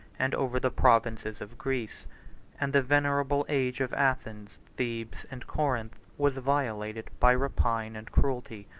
and over the provinces of greece and the venerable age of athens, thebes, and corinth, was violated by rapine and cruelty.